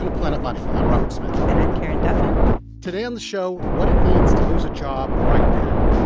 and planet money. i'm robert smith and i'm karen duffin today on the show, what it means to lose a job right now.